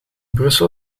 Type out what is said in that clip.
brussel